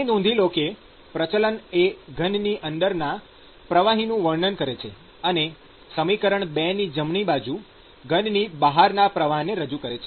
એ નોંધી લો કે પ્રચલન એ ઘનની અંદરના પ્રવાહનું વર્ણન કરે છે અને સમીકરણ ૨ ની જમણી બાજુ ઘનની બહારના પ્રવાહને રજૂ કરે છે